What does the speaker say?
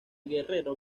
guerrero